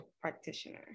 practitioner